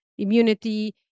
immunity